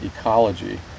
ecology